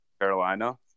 Carolina